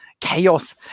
chaos